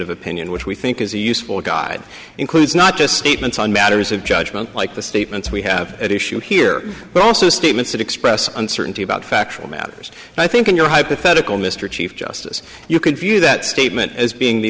of opinion which we think is a useful guide includes not just statements on matters of judgment like the statements we have at issue here but also statements that express uncertainty about factual matters and i think in your hypothetical mr chief justice you could view that statement as being the